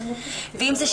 ואם זה,